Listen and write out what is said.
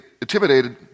intimidated